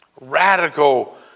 Radical